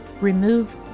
Remove